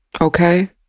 okay